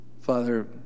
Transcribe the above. Father